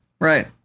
right